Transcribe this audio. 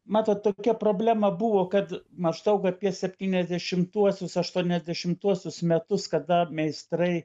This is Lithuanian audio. matot tokia problema buvo kad maždaug apie septyniasdešimtuosius aštuoniasdešimtuosius metus kada meistrai